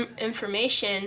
information